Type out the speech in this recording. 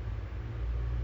uh